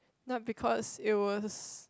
not because it was